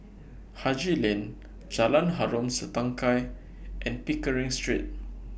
Haji Lane Jalan Harom Setangkai and Pickering Street